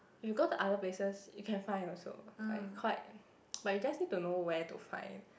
you go to other places you can find also like quite but you just need to know where to find